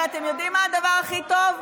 אבל אתם יודעים מה הדבר הכי טוב?